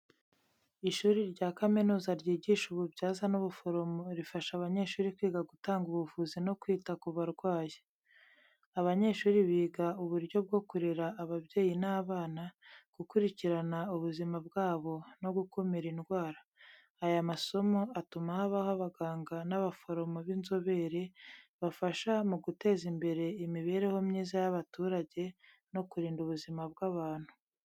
Ishuri rya kaminuza ryigisha ububyaza n’ubuforomo rifasha abanyeshuri kwiga gutanga ubuvuzi no kwita ku barwayi. Abanyeshuri biga uburyo bwo kurera ababyeyi n’abana, gukurikirana ubuzima bwabo no gukumira indwara. Aya masomo atuma habaho abaganga n’abaforomo b’inzobere, bafasha mu guteza imbere imibereho myiza y’abaturage no kurinda ubuzima bw’abantu.